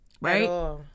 right